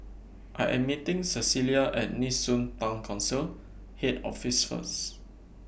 I Am meeting Cecelia At Nee Soon Town Council Head Office First